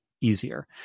easier